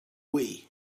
wii